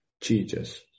Jesus